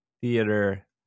Theater